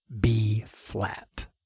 B-flat